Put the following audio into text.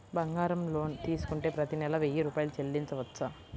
బంగారం లోన్ తీసుకుంటే ప్రతి నెల వెయ్యి రూపాయలు చెల్లించవచ్చా?